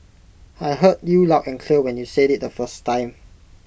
I heard you loud and clear when you said IT the first time